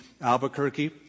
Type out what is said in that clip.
Albuquerque